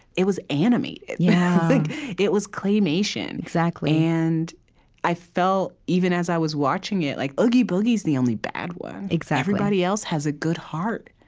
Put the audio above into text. it was animated. yeah it was claymation exactly and i felt, even as i was watching it like oogie boogie's the only bad one exactly everybody else has a good heart,